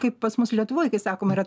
kaip pas mus lietuvoj kai sakoma yra